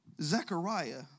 Zechariah